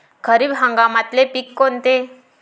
खरीप हंगामातले पिकं कोनते?